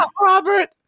Robert